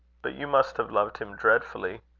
but you must have loved him dreadfully.